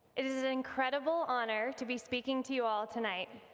it is an incredible honor to be speaking to you all tonight.